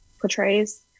portrays